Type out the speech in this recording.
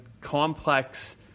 complex